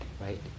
right